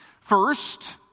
First